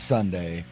Sunday